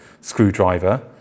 screwdriver